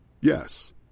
Yes